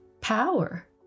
power